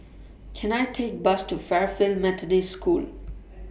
Can I Take A Bus to Fairfield Methodist School